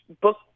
book